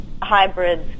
hybrids